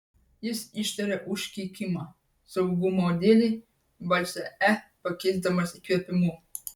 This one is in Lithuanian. jis ištarė užkeikimą saugumo dėlei balsę e pakeisdamas įkvėpimu